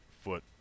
foot